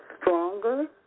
stronger